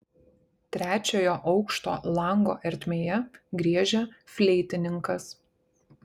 trečiojo aukšto lango ertmėje griežia fleitininkas